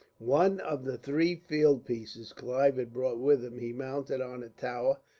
one of the three field pieces clive had brought with him he mounted on a tower,